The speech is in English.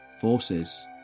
Forces